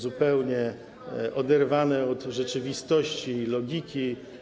zupełnie oderwane od rzeczywistości i logiki.